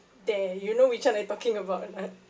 there you know which one I talking about or not